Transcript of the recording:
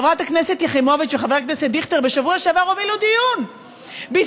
חברת הכנסת יחימוביץ וחבר הכנסת דיכטר בשבוע שעבר הובילו דיון בשדרות.